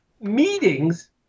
meetings